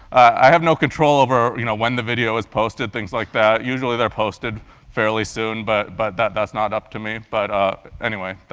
i have no control over you know when the video is posted, things like that. usually they're posted fairly soon, but but that's not up to me, but ah anyway,